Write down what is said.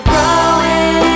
growing